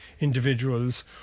individuals